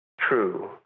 true